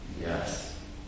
Yes